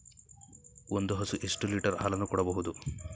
ಒಂದು ಹಸು ಎಷ್ಟು ಲೀಟರ್ ಹಾಲನ್ನು ಕೊಡಬಹುದು?